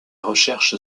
recherches